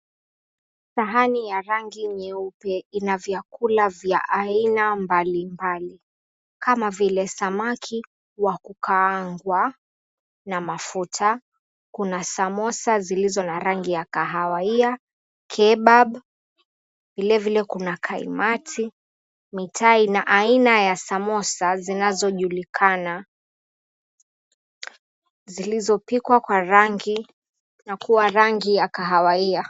Sahani ya rangi nyeupe inavyakula vya aina mbalimbali kama vile samaki wa kukaangwa na mafuta kuna samosa zilizo na rangi ya kahawia, kebab vilevile kuna kaimati, mitai na aina ya samosa zinazojulikana, zilizopikwa kwa rangi na kuwa rangi ya kahawia.